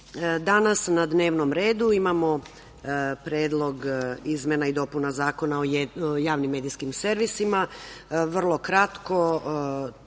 na dnevnom redu imamo Predlog izmena i dopuna Zakona o javnim medijskim servisima.